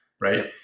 right